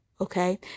okay